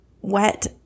wet